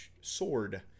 Sword